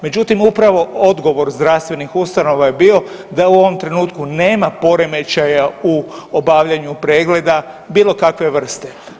Međutim, upravo odgovor zdravstvenih ustanova je bio da u ovom trenutku nema poremećaja u obavljanju pregleda bilo kakve vrste.